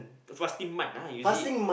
the fasting month ah is it